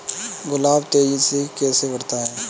गुलाब तेजी से कैसे बढ़ता है?